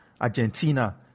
Argentina